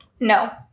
No